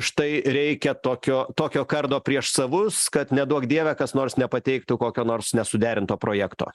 štai reikia tokio tokio kardo prieš savus kad neduok dieve kas nors nepateiktų kokio nors nesuderinto projekto